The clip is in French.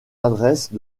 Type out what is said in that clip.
adresses